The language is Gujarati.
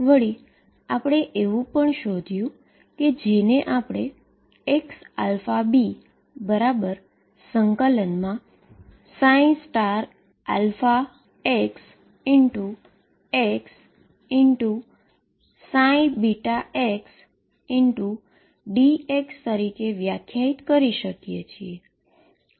વળી આપણે એવુ પણ શોધ્યું છે કે જેને આપણે xαβ∫xxxdx તરીકે વ્યાખ્યાયિત કરી શકીએ